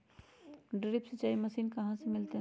Drip सिंचाई machine कहाँ से मिलतै?